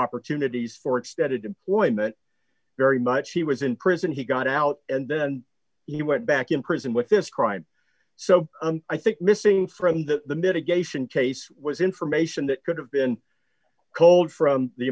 opportunities for extended employment very much he was in prison he got out and then he went back in prison with this crime so i think missing from the mitigation case was information that could have been cold from the